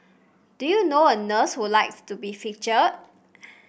do you know a nurse who likes to be featured